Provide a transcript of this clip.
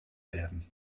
werden